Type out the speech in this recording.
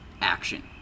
action